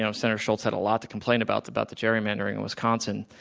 ah senator schultz had a lot to complain about about the gerrymandering in wisconsin.